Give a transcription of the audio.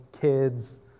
kids